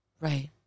Right